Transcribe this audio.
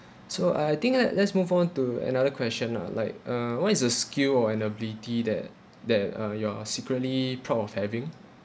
so I think let let's move on to another question lah like uh what is a skill or an ability that that uh you're secretly proud of having